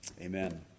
Amen